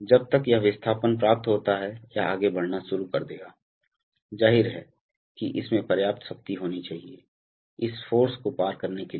जब तक यह विस्थापन प्राप्त होता है यह आगे बढ़ना शुरू कर देगा जाहिर है कि इसमें पर्याप्त शक्ति होनी चाहिए इस फ़ोर्स को पार करने के लिए